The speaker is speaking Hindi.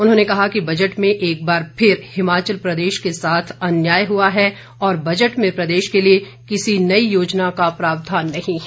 उन्होंने कहा कि बजट में एक बार फिर हिमाचल प्रदेश के साथ अन्याय हुआ है और बजट में प्रदेश के लिए किसी नई योजना का प्रावधान नहीं है